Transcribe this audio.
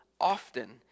often